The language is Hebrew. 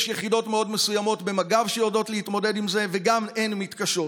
יש יחידות מאוד מסוימות במג"ב שיודעות להתמודד עם זה וגם הן מתקשות.